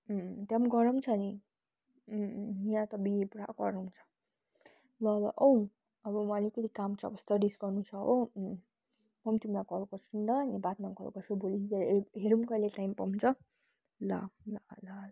त्यहाँ पनि गरम छ नि यहाँ त अबुइ पुरा गरम छ ल ल औ अब म अलिकति काम छ स्टडिज गर्नु छ हो म पनि तिमीलाई कल गर्छु नि ल अनि बादमा कल गर्छु भोलितिर हे हेरौँ कहिँले टाइम पाउँछ ल ल ल ल